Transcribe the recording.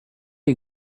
you